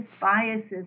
biases